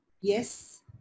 yes